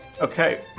Okay